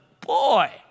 boy